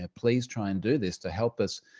ah please try and do this to help us,